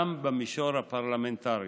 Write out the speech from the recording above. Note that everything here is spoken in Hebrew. גם במישור הפרלמנטרי.